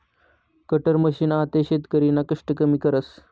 cutter machine आते शेतकरीना कष्ट कमी करस